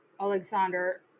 Alexander